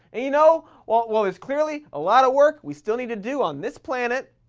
you know, while while there's clearly a lot of work we still need to do on this planet,